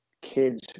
kids